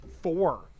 four